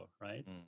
right